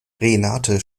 renate